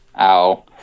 Ow